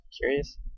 Curious